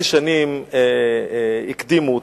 ב-7.5 שנים הקדימו אותי.